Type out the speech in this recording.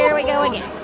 yeah we go again.